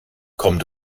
kommt